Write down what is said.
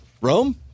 Rome